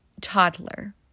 toddler